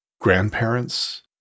grandparents